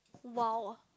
!wow!